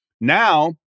Now